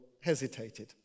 hesitated